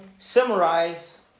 Summarize